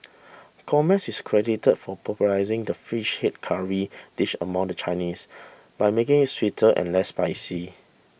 Gomez is credited for popularising the fish head curry dish among the Chinese by making it sweeter and less spicy